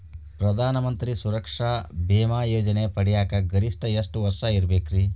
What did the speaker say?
ಪ್ರಧಾನ ಮಂತ್ರಿ ಸುರಕ್ಷಾ ಭೇಮಾ ಯೋಜನೆ ಪಡಿಯಾಕ್ ಗರಿಷ್ಠ ಎಷ್ಟ ವರ್ಷ ಇರ್ಬೇಕ್ರಿ?